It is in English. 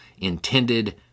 intended